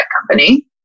company